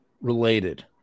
related